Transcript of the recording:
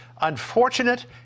unfortunate